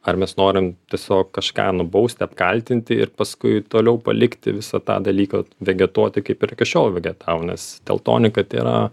ar mes norim tiesiog kažką nubausti apkaltinti ir paskui toliau palikti visą tą dalyką vegetuoti kaip ir iki šiol vegetavo nes teltonika tėra